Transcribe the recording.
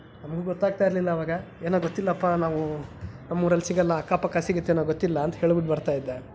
ನಮ್ಗೆ ಗೊತ್ತಾಗ್ತಾ ಇರಲಿಲ್ಲ ಅವಾಗ ಏನೋ ಗೊತ್ತಿಲ್ಲಪ್ಪ ನಾವು ನಮ್ಮ ಊರಲ್ಲಿ ಸಿಗೋಲ್ಲ ಅಕ್ಕಪಕ್ಕ ಸಿಗುತ್ತೇನೋ ಗೊತ್ತಿಲ್ಲ ಅಂತ ಹೇಳ್ಬಿಟ್ಟು ಬರ್ತಾ ಇದ್ದೆ